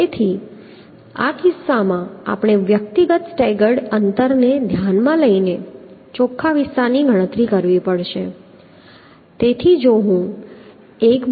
તેથી આ કિસ્સામાં આપણે વ્યક્તિગત સ્ટેગર્ડ અંતરને ધ્યાનમાં લઈને ચોખ્ખા વિસ્તારની ગણતરી કરવી પડશે